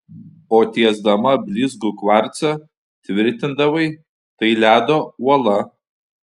o tiesdama blizgų kvarcą tvirtindavai tai ledo uola